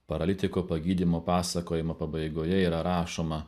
paralitiko pagydymo pasakojimo pabaigoje yra rašoma